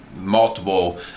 multiple